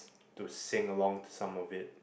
to sing along some of it